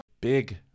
Big